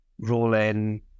roll-in